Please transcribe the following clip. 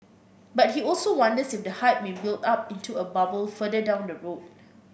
but he also wonders if the hype may build up into a bubble further down the road